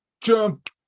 Jump